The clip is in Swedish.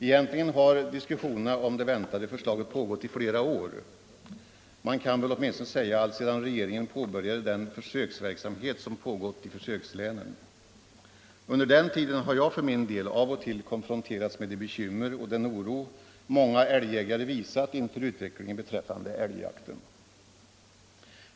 Egentligen har diskussionerna om det väntade förslaget pågått i flera år — man kan väl åtminstone säga sedan regeringen påbörjade den försöksverksamhet som pågått i försökslänen. Under denna tid har jag för min del av och till konfronterats med de bekymmer och den oro som många älgjägare visat inför utvecklingen beträffande älgjakten.